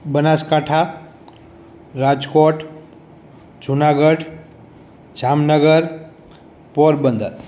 Banaskantha Rajkot Junagadh Jamnagar Porbandar